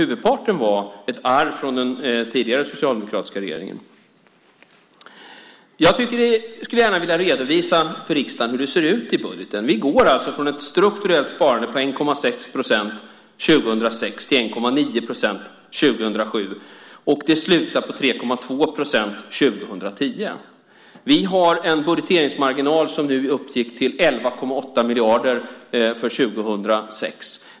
Huvudparten var alltså ett arv från den socialdemokratiska regeringen. Jag skulle gärna vilja redovisa för riksdagen hur det ser ut i budgeten. Vi går från ett strukturellt sparande på 1,6 procent 2006 till 1,9 procent 2007. Det slutar på 3,2 procent 2010. Vi har en budgeteringsmarginal som uppgick till 11,8 miljarder för 2006.